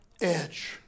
edge